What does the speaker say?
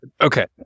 Okay